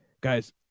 guys